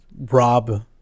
rob